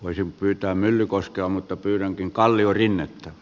voisin pyytää myllykoskea mutta pyydänkin kalliorinnettä